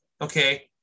Okay